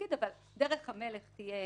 אבל דרך המלך תהיה